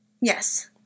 Yes